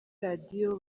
radiyo